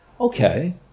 Okay